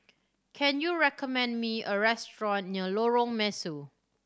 can you recommend me a restaurant near Lorong Mesu